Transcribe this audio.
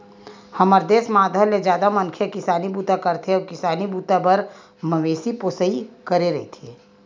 हमर देस म आधा ले जादा मनखे ह किसानी बूता करथे अउ किसानी बूता बर मवेशी पोसई करे रहिथे